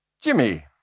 Jimmy